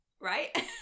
Right